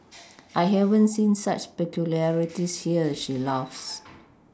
I haven't seen such peculiarities here she laughs